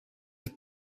het